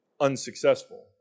unsuccessful